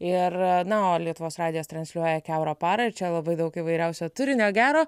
ir na o lietuvos radijas transliuoja kiaurą parą ir čia labai daug įvairiausio turinio gero